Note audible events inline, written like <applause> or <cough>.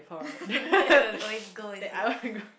<laughs> then you always go is it